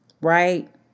Right